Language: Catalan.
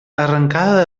arrencada